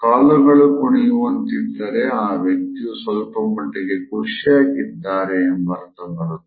ಕಾಲುಗಳು ಕುಣಿಯುವಂತಿದ್ದರೆ ಆ ವ್ಯಕ್ತಿಯು ಸ್ವಲ್ಪ ಮಟ್ಟಿಗೆ ಖುಷಿಯಾಗಿ ಇದ್ದಾರೆ ಎಂಬರ್ಥ ಬರುತ್ತದೆ